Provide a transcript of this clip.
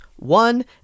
One